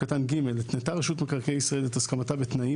(ג) נתנה רשות מקרקעי ישראל את הסכמתה בתנאים,